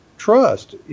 Trust